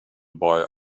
boy